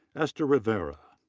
esther rivera,